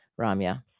Ramya